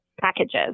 packages